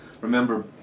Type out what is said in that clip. remember